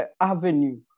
avenue